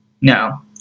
No